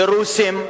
לרוסים,